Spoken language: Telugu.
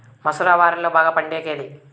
మసూర వరిలో బాగా పండేకి ఏది?